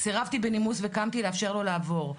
סירבתי בנימוס וקמת לאפשר לו לעבור.